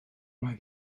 mae